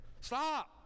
stop